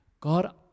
God